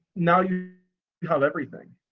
now you got everything.